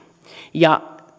ja